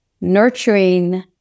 nurturing